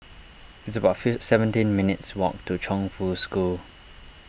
it's about seventeen minutes' walk to Chongfu School